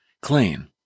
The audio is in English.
clean